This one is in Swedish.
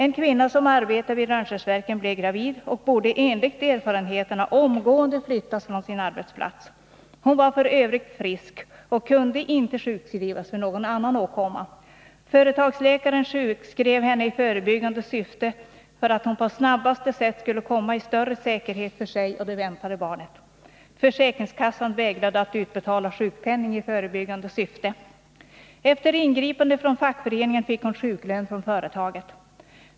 En kvinna som arbetade vid Rönnskärsverken blev gravid och borde enligt erfarenheterna omgående ha flyttats från sin arbetsplats. Hon var f. ö. frisk och kunde inte sjukskrivas för någon åkomma. Företagsläkaren sjukskrev henne i förebyggande syfte, för att hon och det väntade barnet på snabbaste sätt skulle komma i större säkerhet. Försäkringskassan vägrade att utbetala sjukpenning i förebyggande syfte. Efter ingripande från fackföreningen fick hon sjuklön från företaget.